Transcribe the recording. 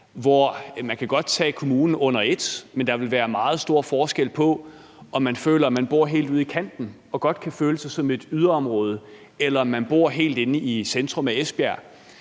Man kan godt tage kommunen under et, men der vil være meget stor forskel på, om man føler, at man bor helt ude i kanten og godt lidt kan føle, at man bor i et yderområde, eller om man bor helt inde i centrum af Esbjerg